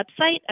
website